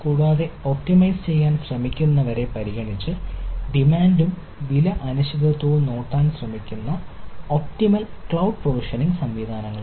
കൂടാതെ ഒപ്റ്റിമൈസ് ചെയ്യാൻ ശ്രമിക്കുന്നവരെ പരിഗണിച്ച് ഡിമാൻഡും വില അനിശ്ചിതത്വവും നോക്കാൻ ശ്രമിക്കുന്ന ഒപ്റ്റിമൽ ക്ലൌഡ് പ്രൊവിഷനിംഗ് സംവിധാനങ്ങളുണ്ട്